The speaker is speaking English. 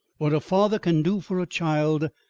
what a father can do for a child,